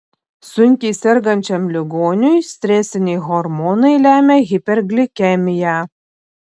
sunkiai sergančiam ligoniui stresiniai hormonai lemia hiperglikemiją